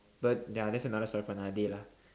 but ya that's another story for another day lah